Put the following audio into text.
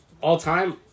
All-time